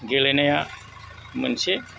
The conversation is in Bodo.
गेलेनाया मोनसे